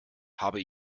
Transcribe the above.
habe